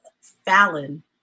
Fallon